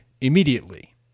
immediately